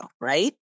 right